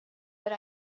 but